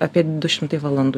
apie du šimtai valandų